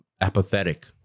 apathetic